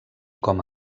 com